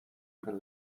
can